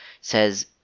says